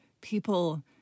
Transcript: people